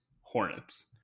Hornets